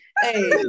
Hey